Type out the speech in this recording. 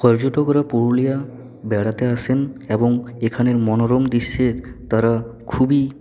পর্যটকেরা পুরুলিয়া বেড়াতে আসেন এবং এখানের মনোরম দৃশ্যের তারা খুবই